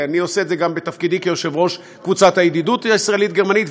ואני עושה את זה גם בתפקידי כיושב-ראש קבוצת הידידות הישראלית גרמנית,